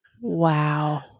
Wow